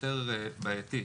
יותר בעייתי,